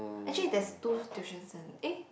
actually there's two tuition cen~ eh